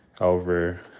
over